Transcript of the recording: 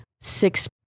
six